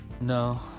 no